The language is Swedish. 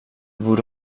borde